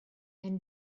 and